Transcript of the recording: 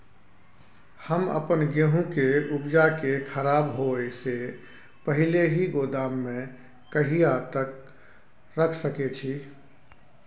हम अपन गेहूं के उपजा के खराब होय से पहिले ही गोदाम में कहिया तक रख सके छी?